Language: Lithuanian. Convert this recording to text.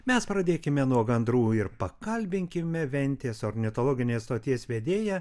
mes pradėkime nuo gandrų ir pakalbinkime ventės ornitologinės stoties vedėją